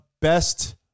best